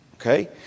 Okay